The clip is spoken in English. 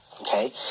Okay